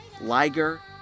Liger